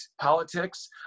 politics